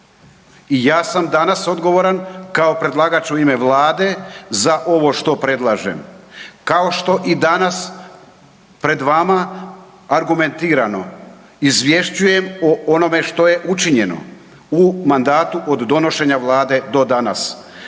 I ja sam danas odgovoran kao predlagač u ime Vlade za ovo što predlažem kao što i danas pred vama argumentirano izvješćujem o onome što je učinjeno u mandatu od donošenja Vlade do danas.